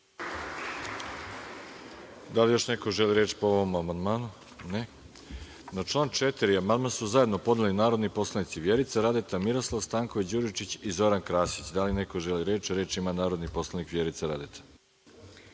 Da li još neko želi reč po ovom amandmanu? (Ne.)Na član 4. amandman su zajedno podneli narodni poslanici Vjerica Radeta, Miroslav Stanković-Đuričić i Zoran Krasić. Reč ima narodna poslanica Vjerica Radeta.